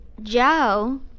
Joe